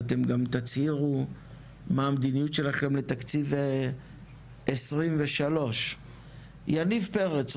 אז אתם גם תצהירו מה המדיניות שלכם לתקציב 2023. יניב פרץ,